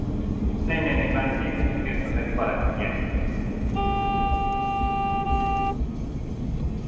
नेईं नेईं नेईं मैडम जी डेढ़ सौ कन्नै नि बारा खंदी ऐ